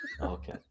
Okay